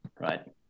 right